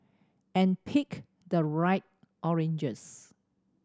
and pick the right oranges